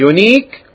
Unique